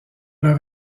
leur